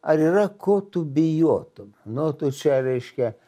ar yra ko tu bijotum nu tu čia reiškia